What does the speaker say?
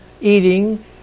eating